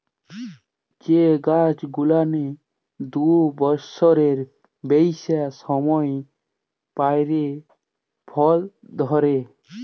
যে গাইছ গুলানের দু বচ্ছরের বেইসি সময় পইরে ফল ধইরে